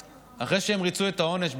ואחרי שהן ריצו את העונש,